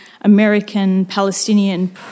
American-Palestinian